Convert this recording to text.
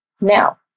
Now